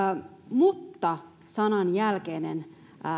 mutta sanan jälkeinen